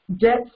death